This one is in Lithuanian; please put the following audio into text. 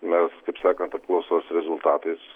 mes kaip sakant apklausos rezultatais